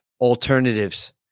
alternatives